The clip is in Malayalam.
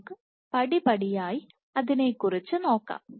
നമുക്ക് പടിപടിയായി അതിനെക്കുറിച്ച് നോക്കാം